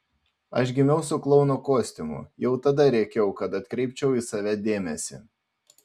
aš gimiau su klouno kostiumu jau tada rėkiau kad atkreipčiau į save dėmesį